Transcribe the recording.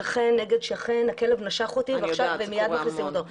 שכן נגד שכן, הכלב נשך אותי, ומייד מכניסים אותו.